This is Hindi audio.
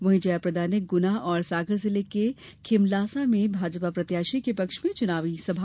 वहीं जयाप्रदा ने गुना और सागर जिले के खिमलासा में भाजपा प्रत्याशी के पक्ष में चुनावी सभा की